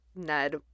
Ned